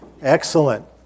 Excellent